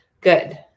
good